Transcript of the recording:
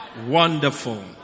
Wonderful